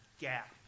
gap